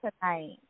tonight